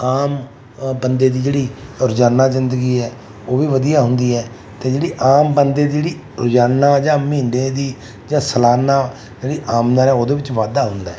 ਆਮ ਬੰਦੇ ਦੀ ਜਿਹੜੀ ਰੋਜ਼ਾਨਾ ਜ਼ਿੰਦਗੀ ਹੈ ਉਹ ਵੀ ਵਧੀਆ ਹੁੰਦੀ ਹੈ ਅਤੇ ਜਿਹੜੀ ਆਮ ਬੰਦੇ ਦੀ ਜਿਹੜੀ ਰੋਜ਼ਾਨਾ ਜਾਂ ਮਹੀਨੇ ਦੀ ਜਾਂ ਸਾਲਾਨਾ ਜਿਹੜੀ ਆਮਦਨ ਉਹਦੇ ਵਿੱਚ ਵਾਧਾ ਹੁੰਦਾ